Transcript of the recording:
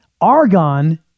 Argon